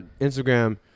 Instagram